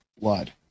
blood